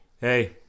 Hey